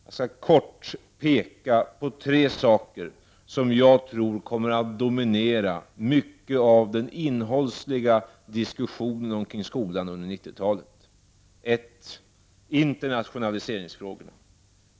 Jag skall kort peka på tre uppgifter som jag tror kommer att dominera den innehållsmässiga diskussio Det gäller för det första internationaliseringsfrågorna.